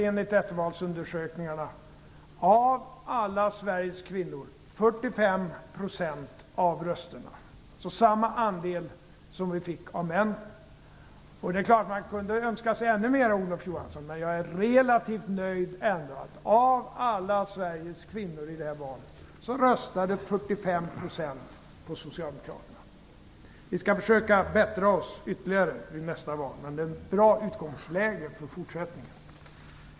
Enligt eftervalsundersökningarna fick vi faktiskt 45 % Det är klart att man skulle kunna önska sig ännu mer, Olof Johansson, men jag är relativt nöjd med att Socialdemokraterna i det här valet. Vi skall försöka bättra oss ytterligare till nästa val. Men detta är ett bra utgångsläge inför fortsättningen.